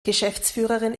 geschäftsführerin